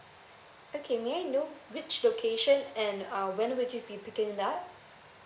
okay may I know which location and uh when would you be picking it up